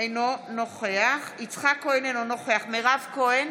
אינו נוכח יצחק כהן, אינו נוכח מירב כהן,